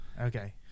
Okay